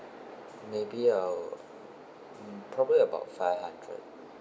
maybe I'll um probably about five hundred